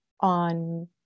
on